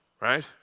right